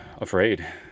Afraid